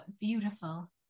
beautiful